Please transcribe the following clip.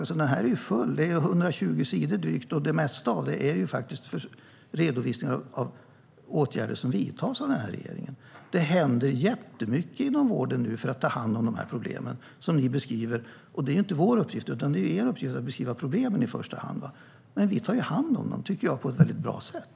Det här betänkandet är på drygt 120 sidor, och det mesta av det är faktiskt redovisningar av åtgärder som vidtas av den här regeringen. Det händer jättemycket inom vården när det gäller att ta hand om de här problemen som ni beskriver. Det är inte vår utan er uppgift att beskriva problemen i första hand, men jag tycker att vi tar hand om dem på ett mycket bra sätt.